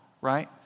right